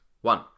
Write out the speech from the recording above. one